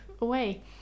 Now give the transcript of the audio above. away